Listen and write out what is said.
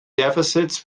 deficits